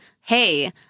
Hey